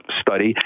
study